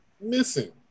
missing